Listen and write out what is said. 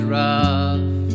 rough